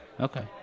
okay